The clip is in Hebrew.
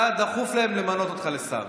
שהיה חשוב דחוף להם למנות אותך לשר.